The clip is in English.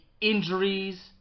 injuries